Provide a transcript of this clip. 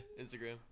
Instagram